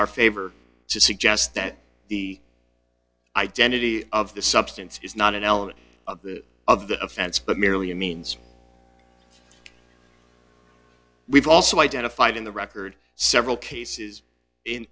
our favor to suggest that the identity of the substance is not an element of the offense but merely a means we've also identified in the record several cases